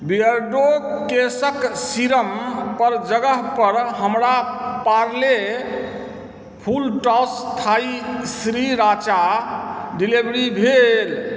Beardo केशक सीरमपर जगहपर हमरा Parle full toss Thai sriracha delivery भेल